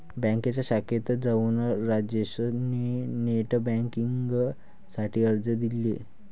बँकेच्या शाखेत जाऊन राजेश ने नेट बेन्किंग साठी अर्ज दिले